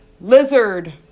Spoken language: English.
Lizard